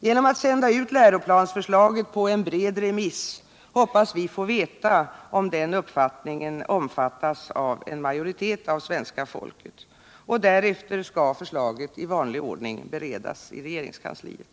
Genom att sända ut läroplansförslaget på en bred remiss hoppas vi få veta om den 135 uppfattningen omfattas av en majoritet av svenska folket. Därefter skall förslaget i vanlig ordning beredas i regeringskansliet.